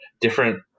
different